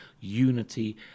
unity